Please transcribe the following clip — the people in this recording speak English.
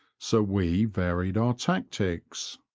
so we varied our tactics.